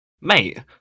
mate